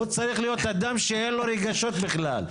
הוא צריך להיות אדם שאין לו רגשות בכלל,